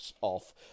off